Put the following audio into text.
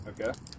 Okay